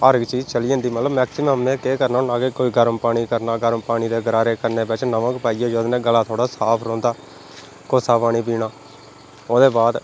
हर इक चीज चली जंदी मतलब मैक्सीम्म में केह् करना होन्ना कोई गर्म पानी करना गर्म पानी करियै दे गरारे करने बिच्च नमक पाइयै जेह्दे कन्नै गला थोह्ड़ा साफ रौंह्दा कोसा पानी पीना ओह्दे बाद